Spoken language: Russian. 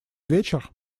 вечер